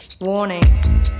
Warning